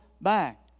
back